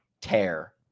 tear